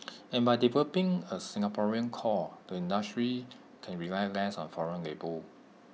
and by developing A Singaporean core the industry can rely less on foreign labour